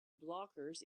blockers